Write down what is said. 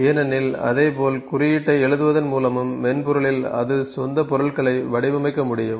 ஏனெனில் அதே போல் குறியீட்டை எழுதுவதன் மூலமும் மென்பொருளில் நமது சொந்த பொருட்களை வடிவமைக்க முடியும்